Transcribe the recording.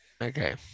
okay